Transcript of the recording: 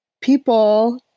people